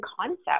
concept